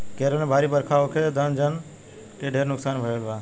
केरल में भारी बरखा होखे से धन जन के ढेर नुकसान भईल बा